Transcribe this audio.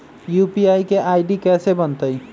UPI के ID कैसे बनतई?